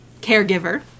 caregiver